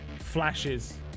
flashes